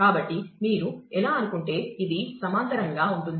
కాబట్టి మీరు ఎలా అనుకుంటే ఇది సమాంతరంగా ఉంటుంది